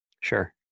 sure